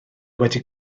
wedi